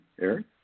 Eric